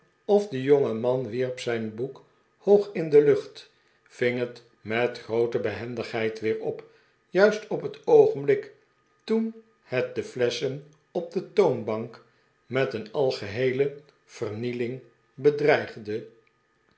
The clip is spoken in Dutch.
of de jongeman wierp zijn boek hoog in de lucht ving het met groote behendigheid weer op juist op het oogenblik toen het de flesschen op de toonbank met een algeheele vernieling bedreigde